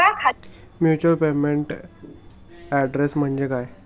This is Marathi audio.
व्हर्च्युअल पेमेंट ऍड्रेस म्हणजे काय?